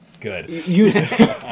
good